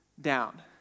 down